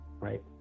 right